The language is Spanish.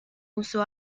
uso